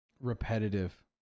repetitive